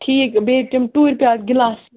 ٹھیٖک بیٚیہِ تِم ٹوٗرۍ پِیالہٕ گِلاسہٕ